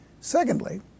Secondly